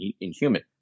inhuman